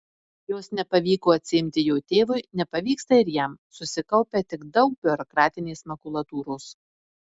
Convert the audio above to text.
jos nepavyko atsiimti jo tėvui nepavyksta ir jam susikaupia tik daug biurokratinės makulatūros